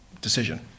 decision